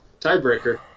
Tiebreaker